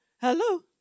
Hello